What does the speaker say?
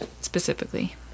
specifically